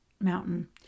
mountain